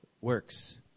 works